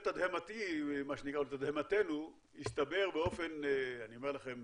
לתדהמתי, לתדהמתנו, הסתבר באופן, אני אומר לכם